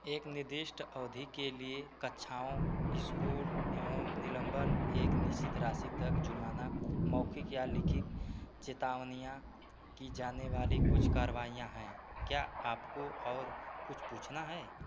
एक निर्दिष्ट अवधि के लिए कक्षाओं स्कूल एवं निलंबन एक निश्चित राशि तक जुर्माना मौखिक या लिखित चेतावनियाँ की जाने वाली कुछ कार्रवाइयाँ हैं क्या आपको और कुछ पूछना है